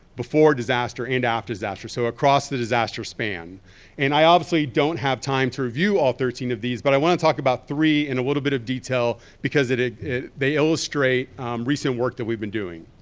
before disaster and after disaster. so across the disaster span and i obviously don't have time to review all thirteen of these, but i wanna talk about three in a little bit of detail because ah they illustrate recent work that we've been doing.